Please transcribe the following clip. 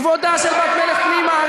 כבודה של בת מלך פנימה.